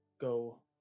go